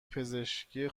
پزشکی